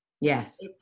Yes